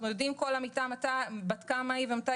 אנחנו יודעים בת כמה כל עמיתה,